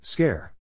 Scare